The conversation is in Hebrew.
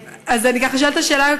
אני ככה אשאל את השאלה,